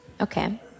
Okay